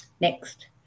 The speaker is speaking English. Next